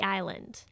Island